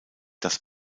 das